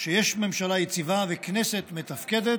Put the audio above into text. שיש ממשלה יציבה וכנסת מתפקדת,